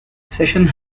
sessions